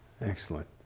excellent